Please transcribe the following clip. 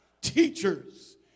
teachers